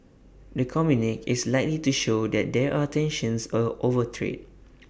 the communique is likely to show that there are tensions over trade